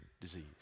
disease